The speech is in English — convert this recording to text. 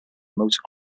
motor